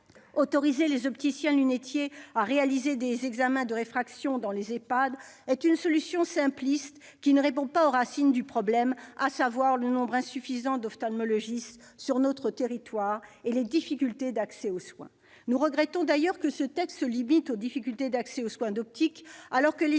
Autoriser les opticiens-lunetiers à réaliser des examens de réfraction dans les EHPAD est une solution simpliste qui ne répond pas aux racines du problème, à savoir le nombre insuffisant d'ophtalmologistes sur notre territoire et les difficultés d'accès aux soins. Nous regrettons d'ailleurs que ce texte se limite aux difficultés d'accès aux soins d'optique alors que les